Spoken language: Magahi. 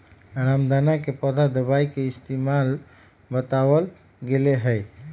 रामदाना के पौधा दवाई के इस्तेमाल बतावल गैले है